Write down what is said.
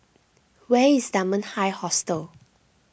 where is Dunman High Hostel